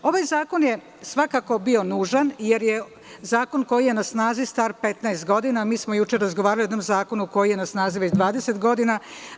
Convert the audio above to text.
Ovaj zakon je svakako bio nužan jer je zakon koji je na snazi star 15 godina, a mi smo juče razgovarali o jednom zakonu koji je na snazi već 20 godina.